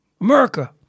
America